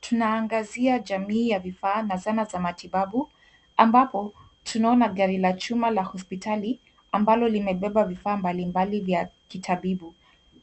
Tunaangazia jamii ya vifaa na zana za matibabu. Ambapo, tunaona gari la chuma la hospitali ambalo limebeba vifaa mbalimbali vya kitabibu.